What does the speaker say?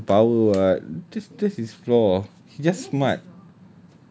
that's not even a power [what] that's that's his flaw he just smart